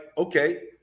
Okay